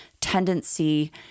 tendency